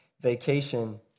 vacation